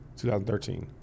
2013